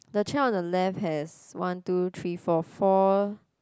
the chair on the left has one two three four four